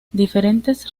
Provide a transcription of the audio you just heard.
diferentes